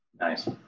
nice